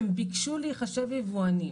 הם ביקשו להיחשב יבואנים.